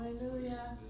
Hallelujah